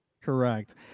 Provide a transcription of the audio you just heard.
Correct